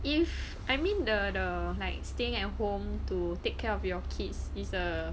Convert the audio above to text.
if I mean the the like staying at home to take care of your kids is a